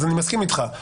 אז אני מסכים איתך.